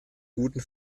guten